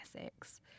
Essex